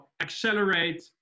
accelerate